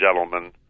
gentlemen